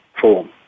form